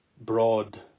broad